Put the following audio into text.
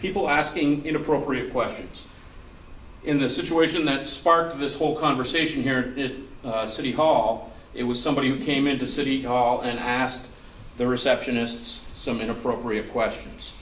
people asking inappropriate questions in the situation that sparked this whole conversation here did city hall it was somebody who came into city hall and asked the receptionists some inappropriate questions